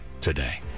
today